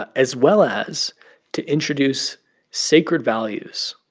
ah as well as to introduce sacred values,